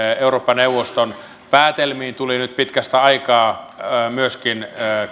eurooppa neuvoston päätelmiin tuli nyt pitkästä aikaa myöskin